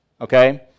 Okay